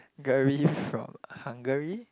gary from Hungary